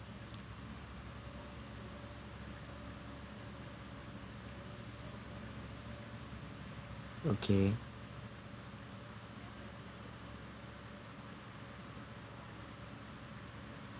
okay